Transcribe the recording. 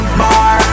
bar